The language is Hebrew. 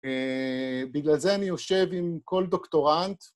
בגלל זה אני יושב עם כל דוקטורנט.